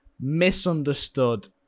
misunderstood